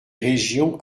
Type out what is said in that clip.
régions